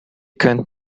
könnt